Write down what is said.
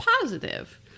positive